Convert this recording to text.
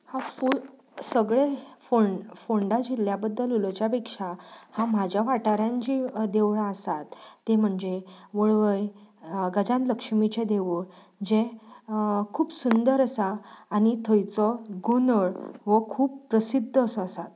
हांव फूल सगळे फोंडा जिल्ल्या बद्दल उलोवच्या पेक्षा हांव म्हाज्या वाठारांत जीं देवळां आसात तीं म्हणजे वळवय गजान लक्ष्मीचें देवूळ जें खूब सुंदर आसा आनी थंयचो गोंदळ हो खूब प्रसिद्द असो आसा